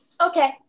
Okay